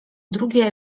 drugie